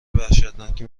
وحشتناکی